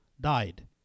died